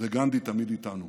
וגנדי תמיד איתנו.